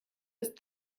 ist